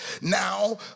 Now